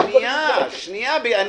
תרגיע.